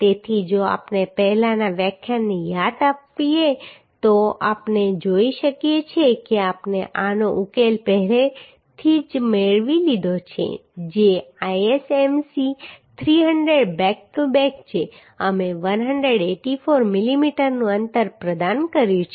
તેથી જો આપણે પહેલાના વ્યાખ્યાનને યાદ અપાવીએ તો આપણે જોઈ શકીએ છીએ કે આપણે આનો ઉકેલ પહેલેથી જ મેળવી લીધો છે જે ISMC 300 બેક ટુ બેક છે અમે 184 મિલીમીટરનું અંતર પ્રદાન કર્યું છે